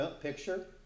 picture